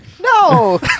no